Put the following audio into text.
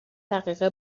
دقیقه